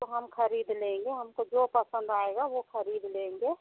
तो हम खरीद लेंगे हमको जो पसंद आएगा वो खरीद लेंगे